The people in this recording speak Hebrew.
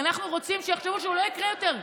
אנחנו רוצים שיחשבו שזה לא יקרה יותר.